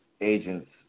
agents